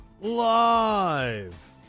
live